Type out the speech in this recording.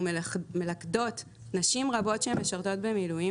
אנחנו מלכדות נשים רבות שמשרתות במילואים